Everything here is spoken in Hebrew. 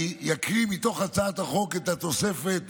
אני אקריא מתוך הצעת החוק את התוספת